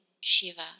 Shiva